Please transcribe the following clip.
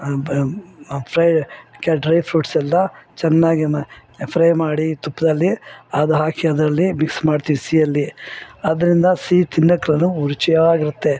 fry ಕೆ dry fruits ಎಲ್ಲ ಚೆನ್ನಾಗೆ ಮ ಫ್ರೈ ಮಾಡಿ ತುಪ್ಪದಲ್ಲಿ ಅದು ಹಾಕಿ ಅದರಲ್ಲಿ ಮಿಕ್ಸ್ ಮಾಡಿ ತಿರ್ಸಿ ಅಲ್ಲಿ ಅದರಿಂದ ಸಿಹಿ ತಿನ್ನಕ್ಕು ರುಚಿಯಾಗಿರುತ್ತೆ